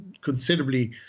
considerably